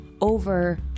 over